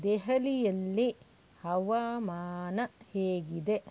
ದೆಹಲಿಯಲ್ಲಿ ಹವಾಮಾನ ಹೇಗಿದೆ